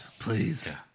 Please